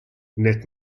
net